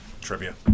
trivia